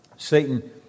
Satan